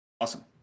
Awesome